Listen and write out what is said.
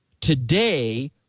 today